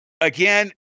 Again